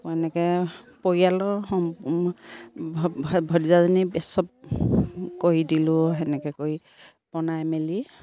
এনেকৈ পৰিয়ালৰ ভতিজাজনী বে চব কৰি দিলোঁ তেনেকৈ কৰি বনাই মেলি